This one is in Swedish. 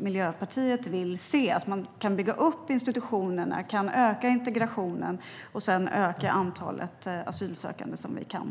Miljöpartiet vill att institutionerna byggs upp och att integrationen ökar. På så sätt kan vi sedan öka antalet asylsökande som Sverige